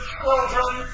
children